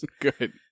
Good